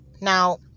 Now